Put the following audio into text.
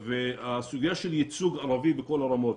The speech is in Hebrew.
הסוגיה של ייצוג ערבי בכל הרמות,